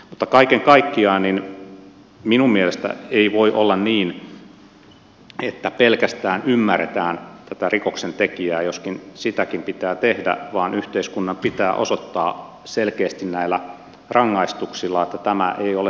mutta kaiken kaikkiaan minun mielestäni ei voi olla niin että pelkästään ymmärretään tätä rikoksentekijää joskin sitäkin pitää tehdä vaan yhteiskunnan pitää osoittaa selkeästi näillä rangaistuksilla että tämä ei ole sallittua meillä